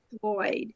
Floyd